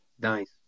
Nice